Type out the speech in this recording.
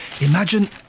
Imagine